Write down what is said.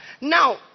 Now